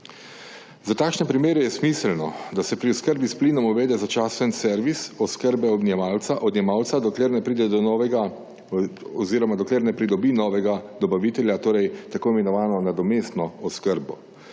Za takšne primere je smiselno, da se pri oskrbi s plinom uvede začasen servis oskrbe odjemalca, dokler ne pridobi novega dobavitelja, torej tako imenovano nadomestno oskrbo.